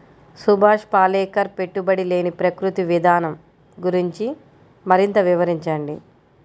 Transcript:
సుభాష్ పాలేకర్ పెట్టుబడి లేని ప్రకృతి విధానం గురించి మరింత వివరించండి